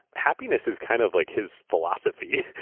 happiness is kind of like his philosophy.